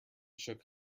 shook